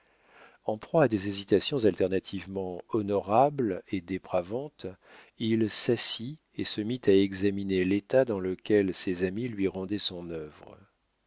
en proie à des hésitations alternativement honorables et dépravantes il s'assit et se mit à examiner l'état dans lequel ses amis lui rendaient son œuvre